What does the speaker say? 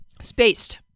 Spaced